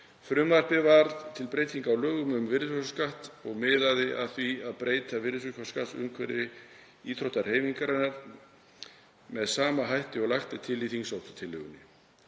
Frumvarpið var til breytinga á lögum um virðisaukaskatt og miðaði að því að breyta virðisaukaskattsumhverfi íþróttahreyfingarinnar með sama hætti og lagt er til í þingsályktunartillögunni.